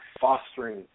fostering